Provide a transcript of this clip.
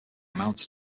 mounted